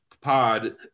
Pod